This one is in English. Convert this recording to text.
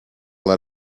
let